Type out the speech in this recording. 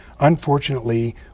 unfortunately